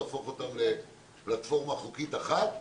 להפוך אותן לפלטפורמה חוקית אחת,